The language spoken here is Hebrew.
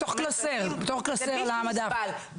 בתוך קלסר על המדף.